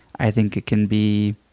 i think it can be